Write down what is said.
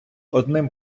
одним